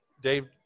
Dave